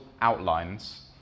outlines